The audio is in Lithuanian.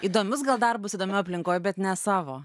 įdomius gal darbus įdomioj aplinkoj bet ne savo